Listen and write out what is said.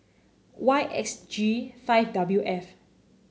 Y X G five W F